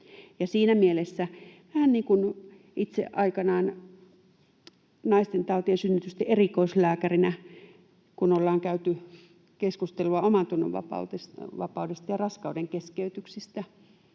kysymyksissä tilanne on toinen. Itse aikanaan naistentautien ja synnytysten erikoislääkärinä, kun ollaan käyty keskustelua omantunnonvapaudesta ja raskaudenkeskeytyksistä,